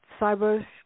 cyber